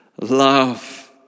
love